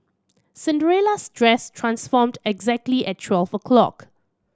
Cinderella's dress transformed exactly at twelve o'clock